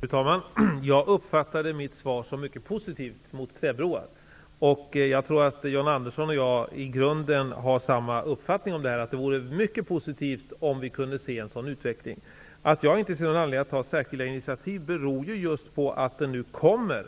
Fru talman! Jag uppfattade mitt svar såsom mycket positivt gentemot träbroar. Jag tror att John Andersson och jag i grunden har samma uppfattning, nämligen att det vore mycket positivt med en sådan utveckling. Att jag inte ser någon anledning att ta särskilda initiativ beror just på att det nu kommer